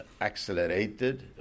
accelerated